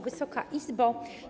Wysoka Izbo!